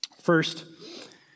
First